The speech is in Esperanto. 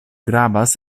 gravas